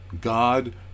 God